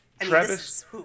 Travis